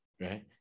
right